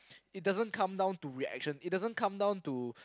it doesn't come down to reaction